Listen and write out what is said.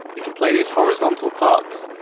you can play these horizontal parts,